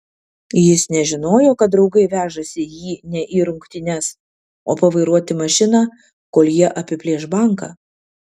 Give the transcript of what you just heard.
jis nežinojo kad draugai vežasi jį ne į rungtynes o pavairuoti mašiną kol jie apiplėš banką